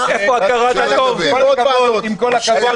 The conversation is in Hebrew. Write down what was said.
--- איפה הכרת הטוב --- עם כל הכבוד,